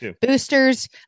boosters